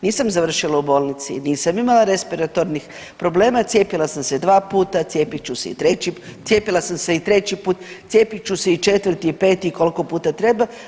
Nisam završila u bolnici i nisam imala respiratornih problema, cijepila sam se dva puta, cijepit ću se i treći, cijepila sam se i treći put, cijepit ću se i četvrti i peti i koliko puta treba.